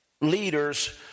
leaders